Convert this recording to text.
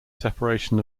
separation